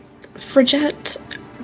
Frigette